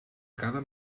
cada